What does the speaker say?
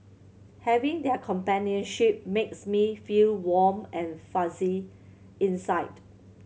having their companionship makes me feel warm and fuzzy inside